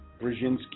Brzezinski